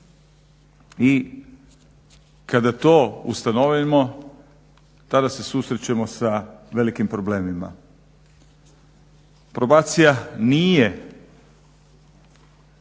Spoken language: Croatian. i kada to ustanovimo tada se susrećemo sa velikim problemima. Probacija nije